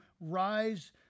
rise